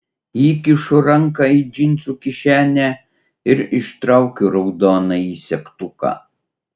įkišu ranką į džinsų kišenę ir ištraukiu raudonąjį segtuką